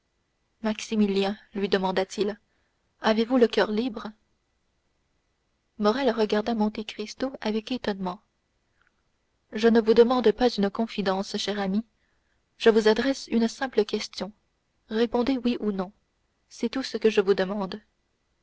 maximilien lui demanda-t-il avez-vous le coeur libre morrel regarda monte cristo avec étonnement je ne vous demande pas une confidence cher ami je vous adresse une simple question répondez oui ou non c'est tout ce que je vous demande